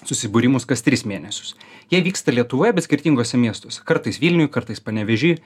susibūrimus kas tris mėnesius jie vyksta lietuvoje bet skirtinguose miestuose kartais vilniuj kartais panevėžy